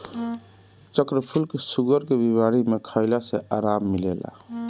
चक्रफूल के शुगर के बीमारी में खइला से आराम मिलेला